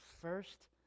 first